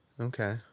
Okay